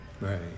Right